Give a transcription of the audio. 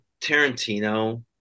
Tarantino